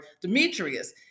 Demetrius